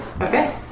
Okay